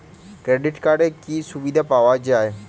Credit কার্ডের কি কি সুবিধা পাওয়া যায়?